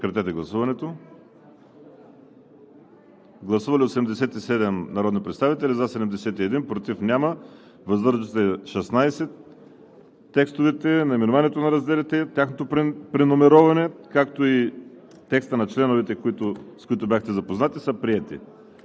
Закона и разделите. Гласували 87 народни представители: за 71, против няма, въздържали се 16. Текстовете, наименованието на разделите, тяхното преномериране, както и текстовете на членовете, с които бяхте запознати, са приети.